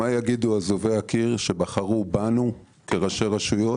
מה יגידו אזובי הקיר, שבחרו בנו כראשי רשויות,